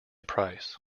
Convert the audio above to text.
price